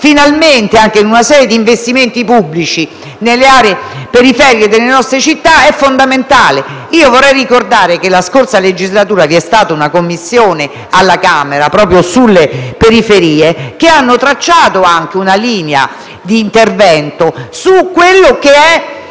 il valore di una serie di investimenti pubblici, finalmente, nelle aree periferiche delle nostre città è fondamentale. Vorrei ricordare che nella scorsa legislatura c'è stata una Commissione alla Camera proprio sulle periferie, che ha tracciato una linea d'intervento su quello che è